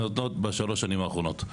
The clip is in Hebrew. בשלוש השנים האחרונות.